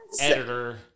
editor